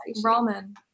Ramen